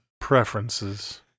preferences